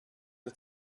der